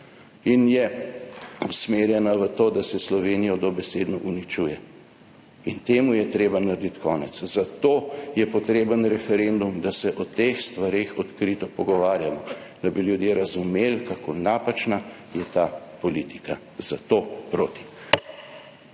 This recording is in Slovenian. in je usmerjena v to, da se Slovenijo dobesedno uničuje. In temu je treba narediti konec. Zato je potreben referendum, da se o teh stvareh odkrito pogovarjamo, da bi ljudje razumeli, kako napačna je ta politika. Zato: »Proti«!